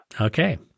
Okay